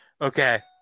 okay